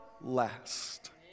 last